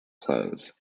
clothes